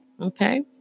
okay